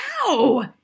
Ow